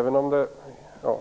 föra ned så nära människorna som möjligt.